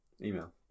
Email